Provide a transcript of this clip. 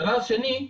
דבר שני,